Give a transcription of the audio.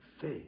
faith